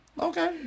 Okay